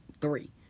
Three